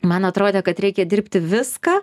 man atrodė kad reikia dirbti viską